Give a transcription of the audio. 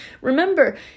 Remember